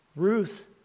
Ruth